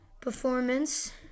performance